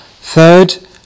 Third